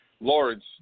Lawrence